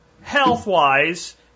health-wise